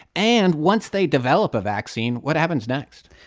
and once they develop a vaccine, what happens next?